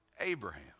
Abraham